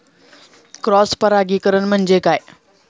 Cross परागीकरण म्हणजे काय?